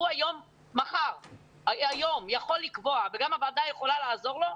הוא היום יכול לקבוע וגם הוועדה יכולה לעזור לו,